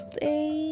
Stay